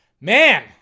Man